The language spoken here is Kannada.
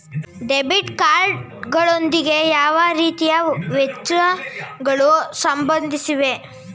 ಡೆಬಿಟ್ ಕಾರ್ಡ್ ಗಳೊಂದಿಗೆ ಯಾವ ರೀತಿಯ ವೆಚ್ಚಗಳು ಸಂಬಂಧಿಸಿವೆ?